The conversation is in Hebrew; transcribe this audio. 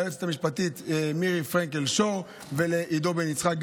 ליועצת המשפטית מירי פרנקל-שור ולעידו בן-יצחק,